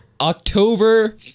October